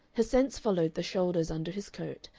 her sense followed the shoulders under his coat,